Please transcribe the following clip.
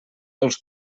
els